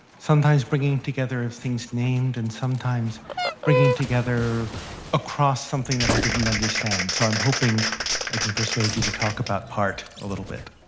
sometimes bringing together things named and sometimes bringing together across something that i didn't understand. so i'm hoping i can persuade you to talk about part a little bit.